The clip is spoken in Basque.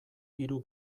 hiru